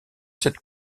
cette